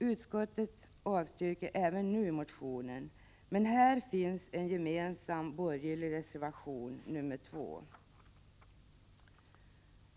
Utskottet avstyrker motionen, men här finns en borgerlig reservation, nr 2.